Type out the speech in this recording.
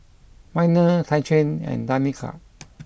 Minor Tyquan and Danica